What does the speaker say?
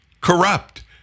corrupt